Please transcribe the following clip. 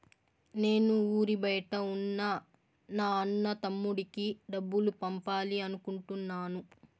నేను ఊరి బయట ఉన్న నా అన్న, తమ్ముడికి డబ్బులు పంపాలి అనుకుంటున్నాను